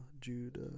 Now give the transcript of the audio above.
Judah